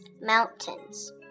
Mountains